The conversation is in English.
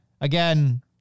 again